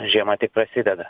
žiema tik prasideda